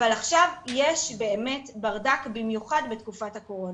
אבל עכשיו יש באמת ברדק, במיוחד בתקופת הקורונה.